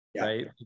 Right